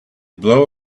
blow